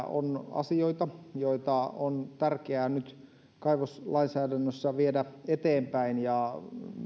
asioita joita on tärkeää nyt kaivoslainsäädännössä viedä eteenpäin olen ymmärtänyt niin että